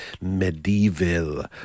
medieval